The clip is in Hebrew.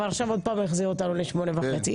אבל עכשיו עוד פעם החזיר אותנו לשמונה וחצי.